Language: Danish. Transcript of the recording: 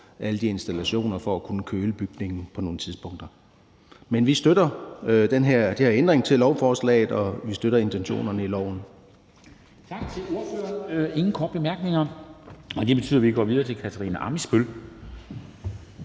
alle de installationer for at kunne køle bygningen på nogle tidspunkter. Men vi støtter den her ændring til lovforslaget, og vi støtter intentionerne i loven. Kl. 10:15 Formanden (Henrik Dam Kristensen): Tak til ordføreren. Der er ingen korte bemærkninger, og det betyder, at vi går videre til Katarina Ammitzbøll,